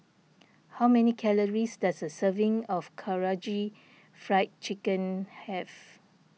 how many calories does a serving of Karaage Fried Chicken have